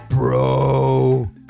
Bro